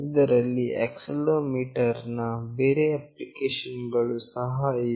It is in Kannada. ಇದರಲ್ಲಿ ಆಕ್ಸೆಲೆರೋಮೀಟರ್ ನ ಬೇರೆ ಅಪ್ಲಿಕೇಶನ್ ಗಳು ಸಹ ಇದೆ